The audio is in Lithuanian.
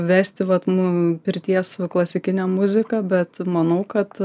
vesti vat mum pirties klasikine muzika bet manau kad